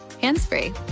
hands-free